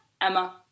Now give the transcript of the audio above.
Emma